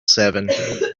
seven